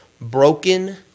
broken